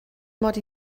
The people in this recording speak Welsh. mod